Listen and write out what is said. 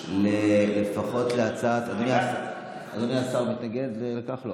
אדוני השר מתנגד לכך?